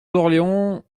d’orléans